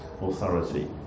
authority